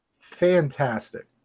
Fantastic